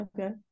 Okay